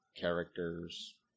characters